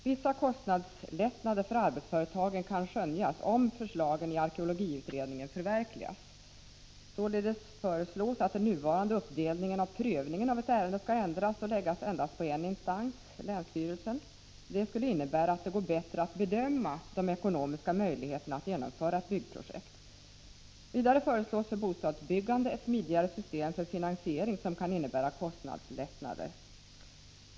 Vissa kostnadslättnader för arbetsföretagen kan skönjas om förslagen i arkeologiutredningen förverkligas. Således föreslås att den nuvarande uppdelningen av prövningen av ett ärende skall ändras och läggas på endast eniinstans, länsstyrelsen. Det skulle innebära att det går bättre att bedöma de ekonomiska möjligheterna att genomföra ett byggprojekt. Vidare föreslås för bostadsbyggande ett smidigare system för finansiering som kan innebära kostnadslättnader.